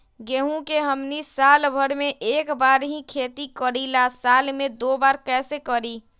गेंहू के हमनी साल भर मे एक बार ही खेती करीला साल में दो बार कैसे करी?